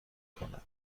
کند